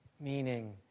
meaning